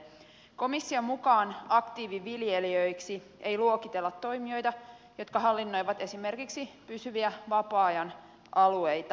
komission mukaan aktiiviviljelijöiksi ei luokitella toimijoita jotka hallinnoivat esimerkiksi pysyviä vapaa ajan alueita